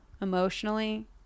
emotionally